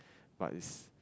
but its